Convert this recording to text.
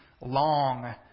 long